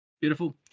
Beautiful